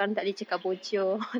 it's okay